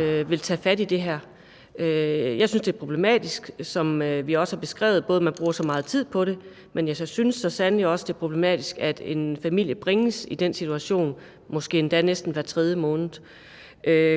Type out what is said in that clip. vil tage fat i det her. Jeg synes, det er problematisk, at man, som vi også har beskrevet det, bruger så meget tid på det, men jeg synes så sandelig også, det er problematisk, at en familie bringes i den situation måske endda næsten hver tredje måned.